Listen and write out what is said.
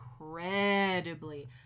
incredibly